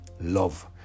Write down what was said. love